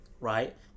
right